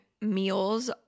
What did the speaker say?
meals